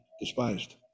despised